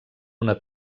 una